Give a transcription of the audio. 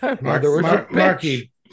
Marky